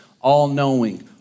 all-knowing